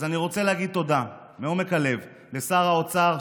אז אני רוצה להגיד תודה מעומק הלב לשר האוצר,